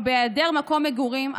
ובהיעדר מקום מגורים,